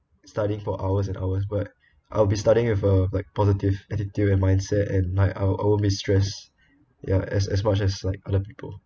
studying for hours and hours but I'll be studying with a like positive attitude and mindset and I I won't be stressed ya as as much as like other people